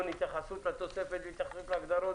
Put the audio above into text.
התייחסות לתוספת והתייחסות להגדרות